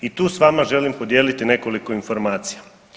I tu s vama želim podijeliti nekoliko informacija.